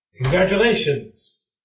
Congratulations